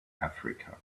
africa